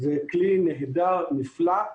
זה כלי נהדר, נפלא.